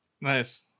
Nice